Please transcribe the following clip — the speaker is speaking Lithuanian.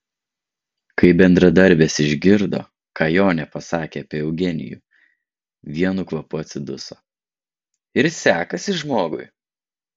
kai bendradarbės išgirdo ką jonė pasakė apie eugenijų vienu kvapu atsiduso ir sekasi žmogui